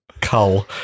cull